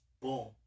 boom